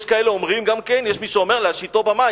יש כאלה שאומרים גם, יש מי שאומר: להשיטו במים.